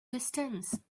distance